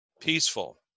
peaceful